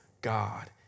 God